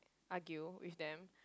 argue with them